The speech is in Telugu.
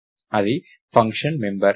అది ఫంక్షన్ మెంబర్